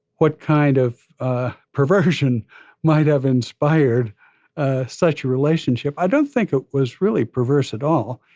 what kind of perversion might have inspired ah such a relationship. i don't think it was really perverse at all.